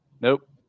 Nope